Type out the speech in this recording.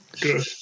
good